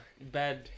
bad